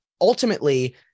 ultimately